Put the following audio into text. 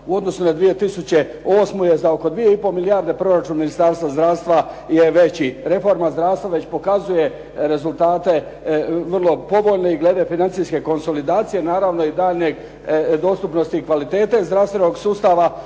U odnosu na 2008. je za oko 2,5 milijarde proračun Ministarstva zdravstva je veći. Reforma zdravstva već pokazuje rezultate vrlo povoljne i glede financijske konsolidacije, naravno i daljnje dostupnosti kvalitete zdravstvenog sustava,